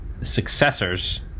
successors